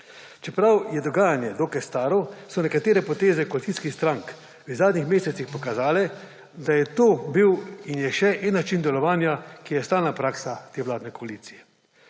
Čeprav je dogajanje dokaj staro, so nekatere poteze koalicijskih strank v zadnjih mesecih pokazale, da je to bil in je še način delovanja, ki je stalna praksa te vladne koalicije.